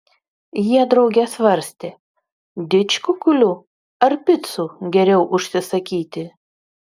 jie drauge svarstė didžkukulių ar picų geriau užsisakyti